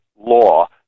law